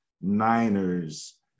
Niners